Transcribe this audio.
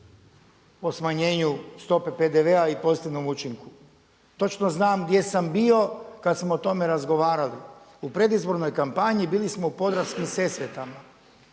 o smanjenju stope PDV-a i pozitivnom učinku. Točno znam gdje sam bio kada smo o tome razgovarali, u predizbornoj kampanji bili smo u Podravskim Sesvetama,